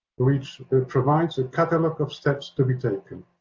which provides a catalogue of steps to be taken.